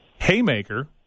Haymaker